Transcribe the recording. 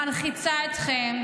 מלחיצות אתכם,